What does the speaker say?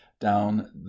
down